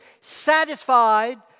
satisfied